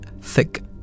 thick